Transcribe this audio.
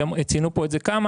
כי ציינו פה את זה כמה.